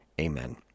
Amen